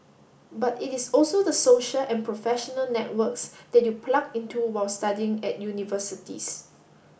but it is also the social and professional networks that you plug into while studying at universities